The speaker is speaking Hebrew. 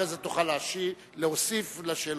אחרי זה תוכל להוסיף על שאלותיך.